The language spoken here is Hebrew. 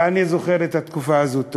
ואני זוכר את התקופה הזאת טוב.